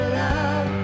love